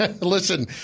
Listen